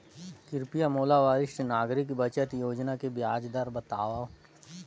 कृपया मोला वरिष्ठ नागरिक बचत योजना के ब्याज दर बतावव